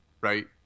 Right